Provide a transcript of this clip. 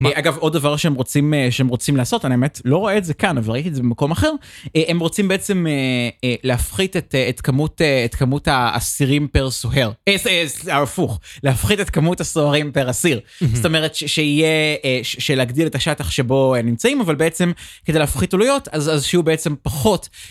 אגב עוד דבר שהם רוצים, שהם רוצים לעשות אני באמת לא רואה את זה כאן אבל ראיתי את זה במקום אחר הם רוצים בעצם להפחית את כמות האסירים פר סוהר, הפוך להפחית את כמות הסוהרים פר אסיר זאת אומרת שיהיה שלהגדיל את השטח שבו נמצאים אבל בעצם כדי להפחית עלויות אז שיהיו בעצם פחות,